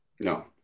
No